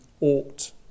ought